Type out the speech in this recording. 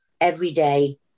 everyday